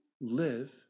live